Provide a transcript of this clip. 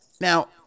Now